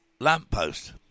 lamppost